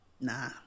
Nah